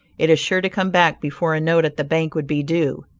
it is sure to come back before a note at the bank would be due.